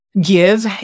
Give